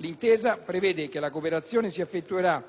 L'intesa prevede che la cooperazione si effettuerà